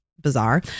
bizarre